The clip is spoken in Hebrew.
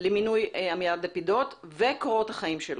למינוי עמיעד לפידות ואת קורות החיים שלו.